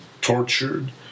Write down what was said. tortured